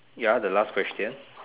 ya the last question